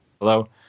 Hello